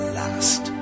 last